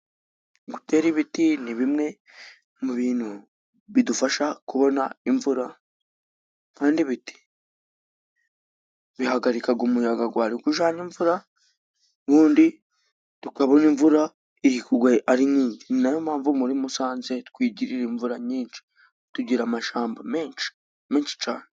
Gutera ibiti ni bimwe mu bintu bidufasha kubona imvura, kandi ibiti bihagarikaga umuyaga gwari kujanye imvura, ubundi tukabona imvura iri kugwa ari nyinshi. Ni nayo mpamvu muri Musanze twigirira imvura nyinshi, tugira amashamba menshi, menshi cane.